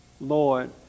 Lord